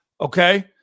Okay